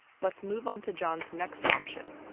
let's move on to john's next option.